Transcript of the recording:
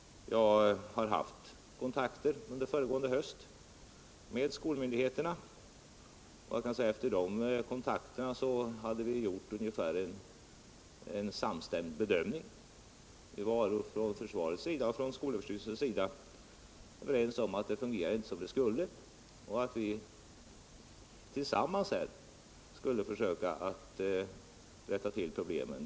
Jag har under föregående höst haft kontakter med skolmyndigheterna. Efter dessa kontakter hade vi gjort en ungefär samstämmig bedömning. Vi var från försvarets sida och från skolöverstyrelsens sida överens om att informationen inte fungerade som den borde och att vi tillsammans skulle försöka rätta till bristerna.